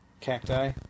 Cacti